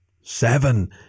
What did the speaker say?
Seven